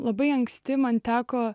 labai anksti man teko